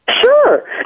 Sure